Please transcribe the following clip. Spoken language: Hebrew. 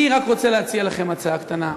אני רק רוצה להציע לכם הצעה קטנה.